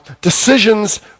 decisions